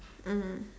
mm